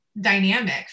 dynamic